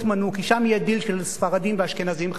כי שם יהיה דיל של ספרדים ואשכנזים חרדים.